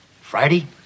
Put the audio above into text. Friday